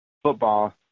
Football